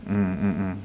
mm mm mm